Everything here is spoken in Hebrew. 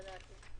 לדעתי.